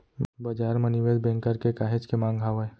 बजार म निवेस बेंकर के काहेच के मांग हावय